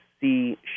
see